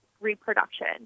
reproduction